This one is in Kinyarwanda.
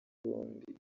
bombi